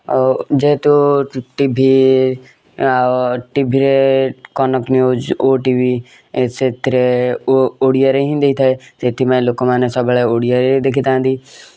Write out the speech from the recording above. ଆଉ ଯେହେତୁ TV ଆ ଟିଭିରେ କନକ ନ୍ୟୁଜ ଓଟିଭି ସେଥିରେ ଓଡ଼ିଆ ରେ ହିଁ ଦେଇଥାଏ ସେଥିପାଇଁ ଲୋକମାନେ ସବୁ ବେଳେ ଓଡ଼ିଆ ରେ ଦେଖିଥାନ୍ତି